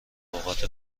اوقات